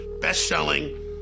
best-selling